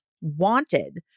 wanted